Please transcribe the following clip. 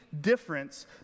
difference